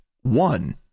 One